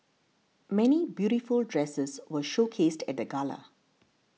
many beautiful dresses were showcased at the gala